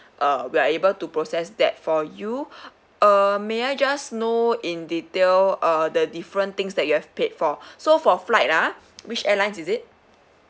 uh we are able to process that for you uh may I just know in detail uh the different things that you have paid for so for flight ah which airlines is it